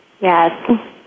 Yes